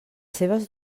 seves